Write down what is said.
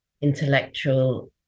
intellectual